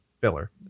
filler